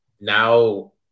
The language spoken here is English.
Now